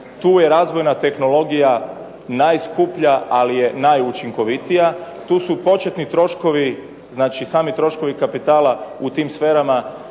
tu je razvojna tehnologija najskuplja ali je najučinkovitija, tu su početni troškovi, znači sami troškovi kapitala u tim sferama